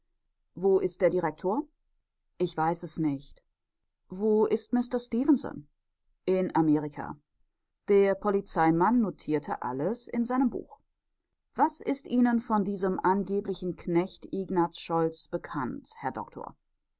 wo ist der direktor ich weiß es nicht wo ist mister stefenson in amerika der polizeimann notierte alles in seinem buch was ist ihnen von diesem angeblichen knecht ignaz scholz bekannt herr doktor